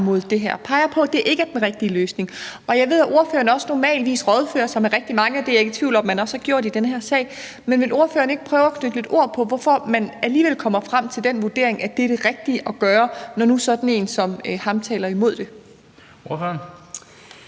imod det her og peger på, at det ikke er den rigtige løsning. Jeg ved, at ordføreren normalvis rådfører sig med rigtig mange, og det er jeg ikke i tvivl om at man også har gjort i den her sag, men vil ordføreren ikke prøve at sætte lidt ord på, hvorfor man alligevel kommer frem til den vurdering, at det er det rigtige at gøre, når nu sådan en som Thorkild Olesen